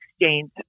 exchange